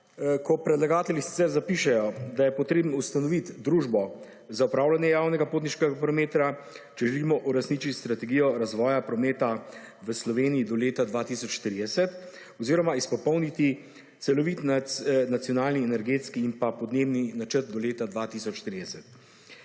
ko predlagatelji zapišejo, da je potrebno ustanoviti družbo za opravljanje javnega potniškega prometa, če želimo uresničiti strategijo razvoja prometa v Sloveniji do leta 2030 oziroma izpopolniti celoviti nacionalni, energetski in pa podnebni načrt do leta 2030.